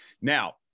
Now